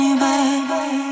Baby